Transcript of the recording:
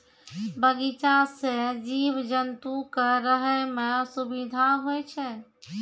बगीचा सें जीव जंतु क रहै म सुबिधा होय छै